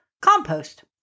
compost